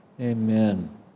Amen